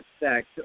effect